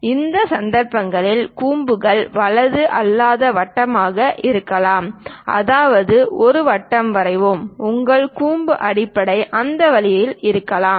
சில சந்தர்ப்பங்களில் கூம்புகள் வலது அல்லாத வட்டமாக இருக்கலாம் அதாவது ஒரு வட்டத்தை வரைவோம் உங்கள் கூம்பு அடிப்படை அந்த வழியில் இருக்கலாம்